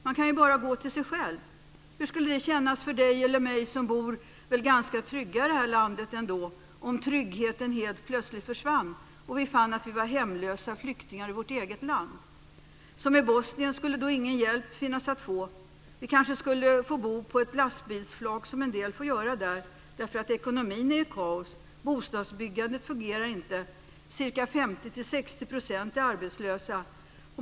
Man kan ju bara gå till sig själv. Hur skulle det kännas för dig eller mig, som väl bor ganska trygga i det här landet, om tryggheten helt plötsligt försvann och vi fann att vi var hemlösa flyktingar i vårt eget land? Som i Bosnien skulle då ingen hjälp finnas att få. Vi kanske skulle få bo på ett lastbilsflak, som en del får göra där, därför att ekonomin är i kaos, bostadsbyggandet inte fungerar, 50-60 % är arbetslösa.